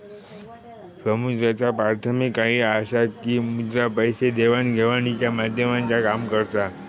मुद्राचा प्राथमिक कार्य ह्या असा की मुद्रा पैसे देवाण घेवाणीच्या माध्यमाचा काम करता